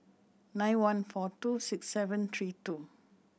nine one four two six seven three two